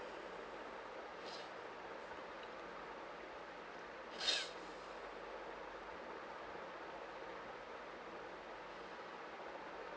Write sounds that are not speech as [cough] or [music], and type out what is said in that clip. [noise]